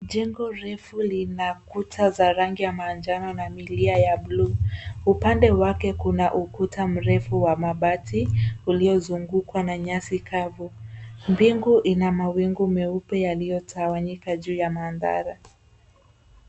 Jengo refu lina kuta za rangi ya manjano na milia ya blue . Upande wake kuna ukuta mrefu wa mabati uliozungukwa na nyasi kavu. Mbingu ina mawingu meupe yaliyotawanyika juu ya mandhara.